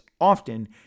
often